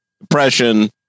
depression